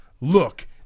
look